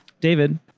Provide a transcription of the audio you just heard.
David